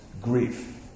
grief